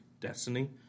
Destiny